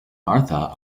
martha